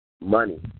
money